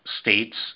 states